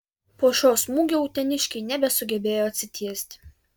po šio smūgio uteniškiai nebesugebėjo atsitiesti